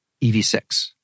EV6